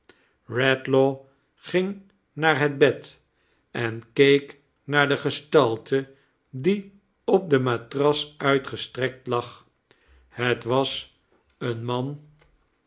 ging naar het bed en keek naar de gestalte die op de matras uitgestrekt lag het was een man